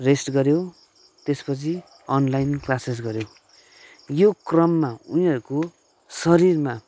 rest गऱ्यो त्यसपछि online classes गऱ्यो यो क्रममा उनीहरूको शरीरमा